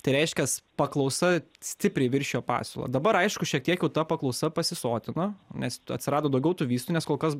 tai reiškias paklausa stipriai viršijo pasiūlą dabar aišku šiek tiek jau ta paklausa pasisotino nes atsirado daugiau tų vystų nes